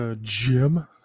Jim